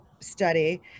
study